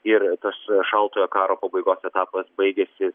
ir tas šaltojo karo pabaigos etapas baigėsi